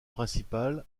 principal